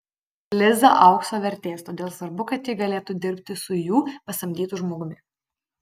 liza aukso vertės todėl svarbu kad ji galėtų dirbti su jų pasamdytu žmogumi